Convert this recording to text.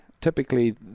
typically